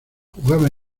jugaba